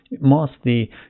mostly